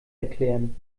erklären